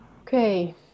Okay